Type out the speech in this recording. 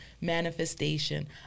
manifestation